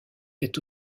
est